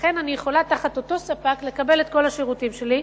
ולכן אני יכולה תחת אותו ספק לקבל את כל השירותים שלי,